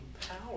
power